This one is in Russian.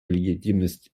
легитимность